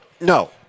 No